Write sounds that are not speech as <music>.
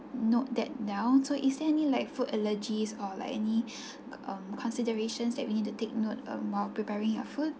note that down so is there any like food allergies or like any <breath> um considerations that we need to take note um while preparing your food